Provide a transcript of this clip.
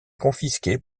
confisquées